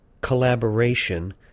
collaboration